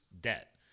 debt